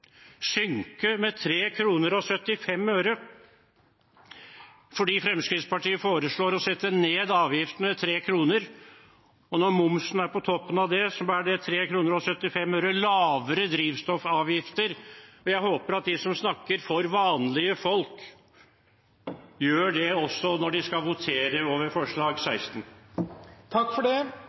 synke med 3 kr og 75 øre, for Fremskrittspartiet foreslår å sette ned avgiftene med 3 kr per liter. Når momsen er på toppen av det, er det 3 kr og 75 øre lavere drivstoffavgift per liter. Jeg håper at de som snakker for vanlige folk gjør det også når de skal votere over forslag nr. 16.